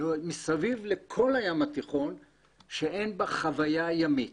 מסביב לכל הים התיכון שאין בה חוויה ימית.